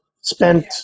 spent